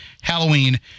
Halloween